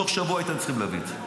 תוך שבוע הייתם צריכים להביא את זה.